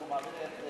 מעביר את,